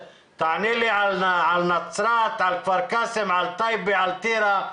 תענה לי על נצרת, על כפר קאסם, על טייבה, על טירה,